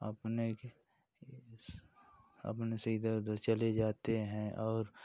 अपने खे एस अपने से इधर उधर चले जाते हैं और